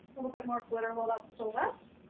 little bit more glitter while that's still wet.